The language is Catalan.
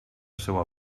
seua